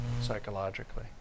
psychologically